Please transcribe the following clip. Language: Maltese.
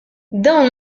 dawn